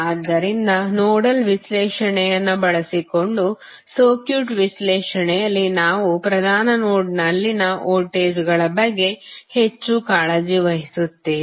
ಆದ್ದರಿಂದ ನೋಡಲ್ ವಿಶ್ಲೇಷಣೆಯನ್ನು ಬಳಸಿಕೊಂಡು ಸರ್ಕ್ಯೂಟ್ ವಿಶ್ಲೇಷಣೆಯಲ್ಲಿ ನಾವು ಪ್ರಧಾನ ನೋಡ್ನಲ್ಲಿನ ವೋಲ್ಟೇಜ್ಗಳ ಬಗ್ಗೆ ಹೆಚ್ಚು ಕಾಳಜಿ ವಹಿಸುತ್ತೇವೆ